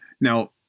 Now